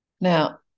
Now